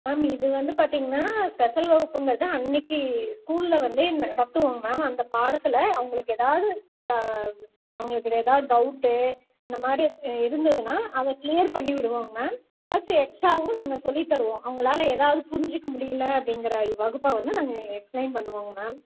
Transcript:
ma'am இது வந்து பார்த்திங்கன்னா ஸ்பெஷல் வகுப்புன்றது அன்னக்கு ஸ்கூலில் வந்து நடத்துவோம் மேம் அந்த பாடத்தில் அவங்களுக்கு எதாவது அவங்களுக்கு எதாவது டவுட்டு இந்த மாதிரி இருந்துதுன்னா அதை கிளியர் பண்ணிவிடுவோம் மேம் ப்ளஸ் எஸ்ட்ராவும் நாங்கள் சொல்லி தருவோம் அவங்களால எதாவது புரிஞ்சிக்க முடியல அப்படிங்குற வகுப்பை வந்து நாங்கள் எஸ்பிளைன் பண்ணுவோம் மேம்